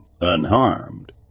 unharmed